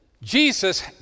Jesus